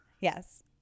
yes